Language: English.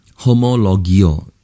homologio